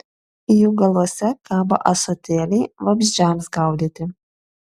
jų galuose kabo ąsotėliai vabzdžiams gaudyti